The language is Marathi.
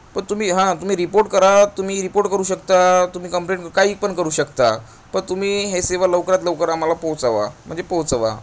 प तुम्ही हां तुम्ही रिपोट करा तुम्ही रिपोट करू शकता तुम्ही कंप्लेंट काही पण करू शकता प तुम्ही हे सेवा लवकरात लवकर आम्हाला पोहचवा म्हणजे पोचवा